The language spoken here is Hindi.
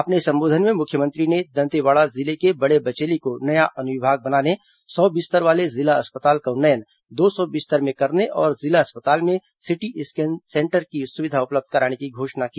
अपने संबोधन में मुख्यमंत्री ने दंतेवाड़ा जिले के बड़ेबचेली को नया अनुविभाग बनाने सौ बिस्तर वाले जिला अस्पताल का उन्नयन दो सौ बिस्तर में करने और जिला अस्पताल में सिटी स्केन सेंटर की सुविधा उपलब्ध कराने की घोषणा की